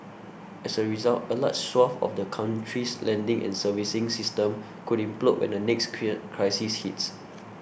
as a result a large swathe of the country's lending and servicing system could implode when the next clear crisis hits